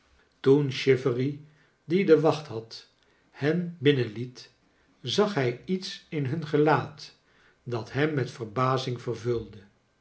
toen chivery die de wacht had hen binnenliet zag hij lets in hun gelaat dat hem met verbazing vervulde